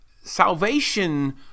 Salvation